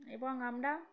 এবং আমরা